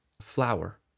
flower